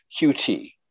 qt